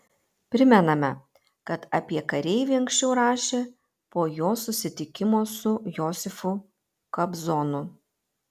primename kad apie kareivį anksčiau rašė po jo susitikimo su josifu kobzonu